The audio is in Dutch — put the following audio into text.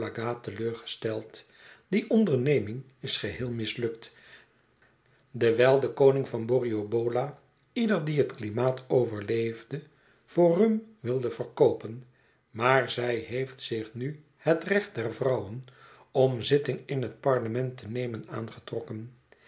gesteld die onderneming is geheel mislukt dewijl de koning van borriobool a ieder die het klimaat overleefde voor rum wilde verkoopen maar zij heeft zich nu het recht der vrouwen om zitting in het parlement te nemen aangetrokken